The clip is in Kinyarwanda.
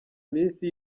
iminsi